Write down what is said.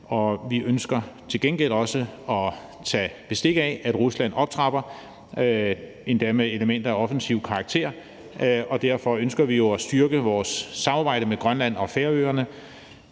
Vi ønsker til gengæld også at tage bestik af, at Rusland optrapper, endda med elementer af offensiv karakter, og derfor ønsker vi jo at styrke vores samarbejde med Grønland og Færøerne